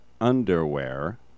underwear